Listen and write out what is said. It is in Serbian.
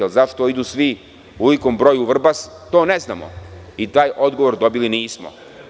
Ali, zašto idu svi u ovolikom broju u Vrbas, to ne znamo i taj odgovor dobili nismo.